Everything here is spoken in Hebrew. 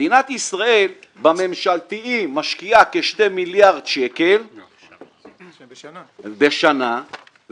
מדינת ישראל בממשלתיים משקיעה כשני מיליארד שקלים בשנה ובציבוריים,